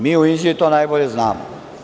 Mi u Inđiji to najbolje to znamo.